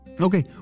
okay